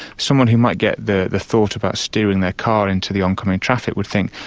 someone who might get the the thought about steering their car into the oncoming traffic would think,